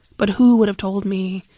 but who would have told me?